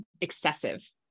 excessive